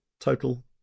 Total